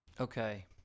Okay